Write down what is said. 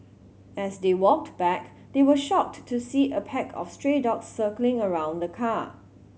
as they walked back they were shocked to see a pack of stray dogs circling around the car